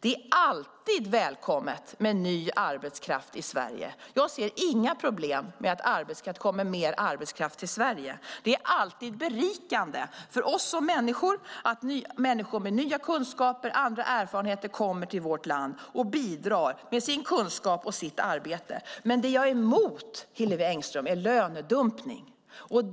Det är alltid välkommet med ny arbetskraft i Sverige. Jag ser inga problem med att det kommer mer arbetskraft till Sverige. Det är berikande för oss att människor med nya kunskaper och andra erfarenheter kommer till vårt land och bidrar med sin kunskap och sitt arbete. Det jag är emot, Hillevi Engström, är lönedumpning.